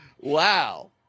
Wow